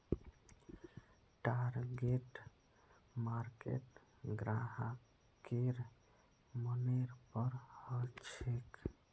target market ग्राहकेर मनेर पर हछेक